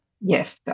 yes